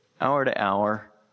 hour-to-hour